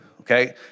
okay